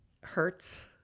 hurts